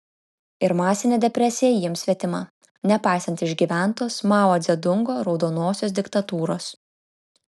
ir masinė depresija jiems svetima nepaisant išgyventos mao dzedungo raudonosios diktatūros